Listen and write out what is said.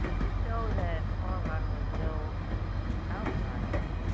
to show that oregon was no outlier,